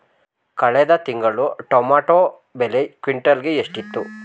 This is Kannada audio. ಕಳೆದ ತಿಂಗಳು ಟೊಮ್ಯಾಟೋ ಬೆಲೆ ಕ್ವಿಂಟಾಲ್ ಗೆ ಎಷ್ಟಿತ್ತು?